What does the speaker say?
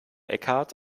eckhart